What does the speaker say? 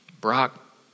Brock